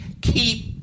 keep